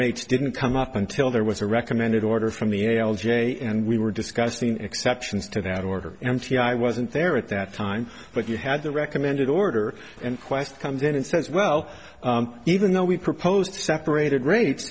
rates didn't come up until there was a recommended order from the a l j and we were discussing exceptions to that order mt i wasn't there at that time but you had the recommended order and qwest comes in and says well even though we've proposed separated rate